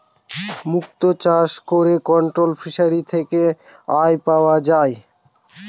মুক্ত চাষ করে কন্ট্রোলড ফিসারী থেকে আমরা পাই